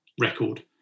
record